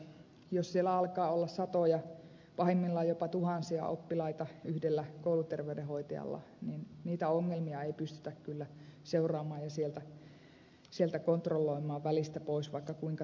jos siellä alkaa olla satoja pahimmillaan jopa tuhansia oppilaita yhdellä kouluterveydenhoitajalla niitä ongelmia ei pystytä kyllä seuraamaan ja kontrolloimaan sieltä välistä pois vaikka kuinka tahdottaisiin